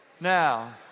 Now